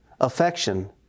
affection